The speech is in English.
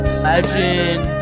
imagine